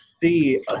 see